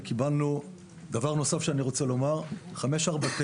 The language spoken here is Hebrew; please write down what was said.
דבר נוסף שאני רוצה לומר, 549,